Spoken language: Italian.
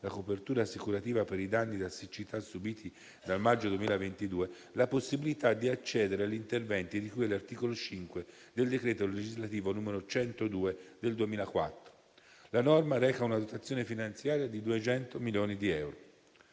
la copertura assicurativa per i danni da siccità subiti dal maggio 2022, la possibilità di accedere agli interventi di cui all'articolo 5 del decreto legislativo n. 102 del 2004. La norma reca una dotazione finanziaria di 200 milioni di euro.